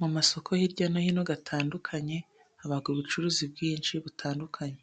Mu masoko hirya no hino atandukanye haba ubucuruzi bwinshi butandukanye .